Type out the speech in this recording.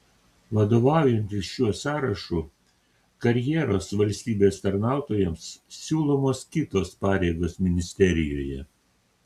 vadovaujantis šiuo sąrašu karjeros valstybės tarnautojams siūlomos kitos pareigos ministerijoje